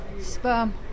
sperm